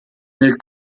nel